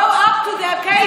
Grow up to do occasion.